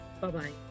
Bye-bye